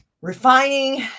refining